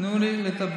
תנו לי לדבר.